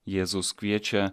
jėzus kviečia